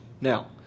Now